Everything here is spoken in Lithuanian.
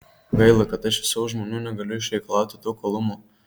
gaila kad aš iš savo žmonių negaliu išreikalauti tokio uolumo